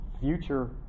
future